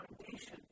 foundation